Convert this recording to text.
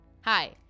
Hi